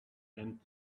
and